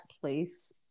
place